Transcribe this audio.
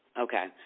Okay